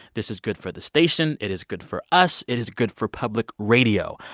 this is good for the station. it is good for us. it is good for public radio.